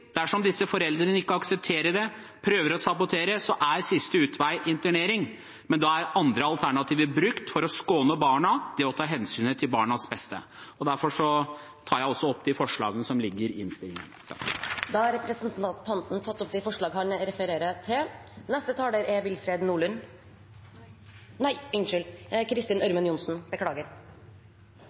Dersom disse foreldrene ikke aksepterer det og prøver å sabotere, er siste utvei internering – men da er andre alternativ brukt for å skåne barna. Det er å ta hensyn til barnas beste. Derfor tar jeg opp Arbeiderpartiets forslag i innstillingen. Representanten Masud Gharahkhani har tatt opp de forslagene han refererte til. Hovedsaken i denne proposisjonen er